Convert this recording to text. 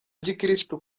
gikirisitu